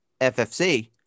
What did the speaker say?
FFC